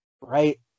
Right